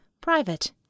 Private